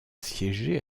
siégé